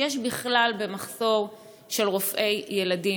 שיש בכלל מחסור ברופאי ילדים.